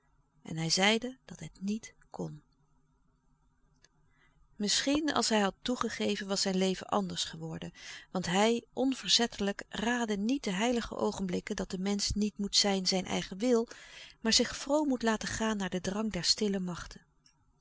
en hij zeide dat het niet kon misschien als hij had toegegeven was zijn leven anders geworden want hij onverzettelijk raadde niet de heilige oogenblikken dat de mensch niet moet zijn zijn eigen wil maar zich vroom moet laten gaan naar den drang der stille machten